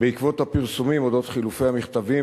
בעקבות הפרסומים על אודות חילופי המכתבים